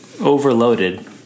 overloaded